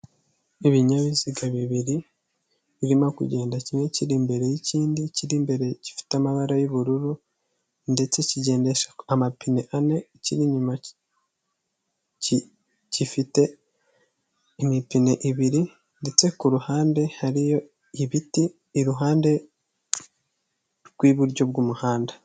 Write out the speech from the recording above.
Ibinyabiziga bibiri birimo kugenda kimwe kiri imbere y'ikindi, ikiri imbere gifite amabara y'ubururu ndetse kigendesha amapine ane, ikiri inyuma gifite imipine ibiri ndetse ku ruhande hariyo ibiti iruhande rw'iburyo bw'umuhanda.